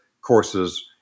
courses